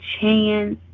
chance